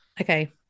Okay